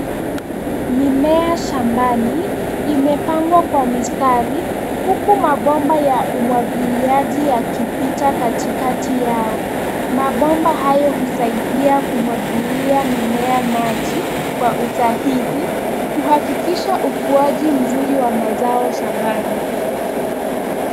Mimea shambani imepangwa kwa mistari huku mabomba ya umwagiliaji yakipita katikati yao. mabomba hayo husaidia kumwagilia mimea maji kwa usahihi kuhakikisha ukuaji mzuri wa mazao shambani.